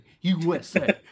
USA